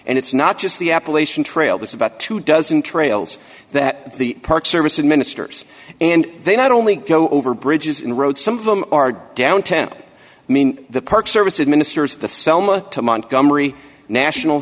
and it's not just the appalachian trail there's about two dozen trails that the park service administers and they not only go over bridges in roads some of them are downtown i mean the park service administers the selma to montgomery national